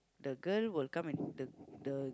the girl will come and the the